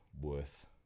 worth